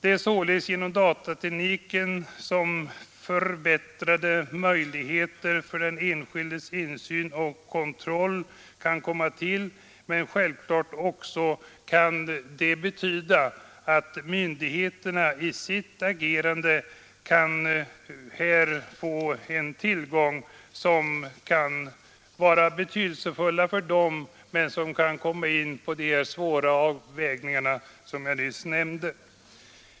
Det är således genom datatekniken som förbättrade möjligheter för den enskildes insyn och kontroll kan komma till, men självklart kan detta också betyda att myndigheterna i sitt agerande får en tillgång som kan vara betydelsefull för dem och föra dem in på de svåra avvägningar jag nyss nämnde om.